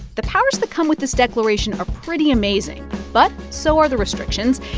the powers that come with this declaration are pretty amazing but so are the restrictions.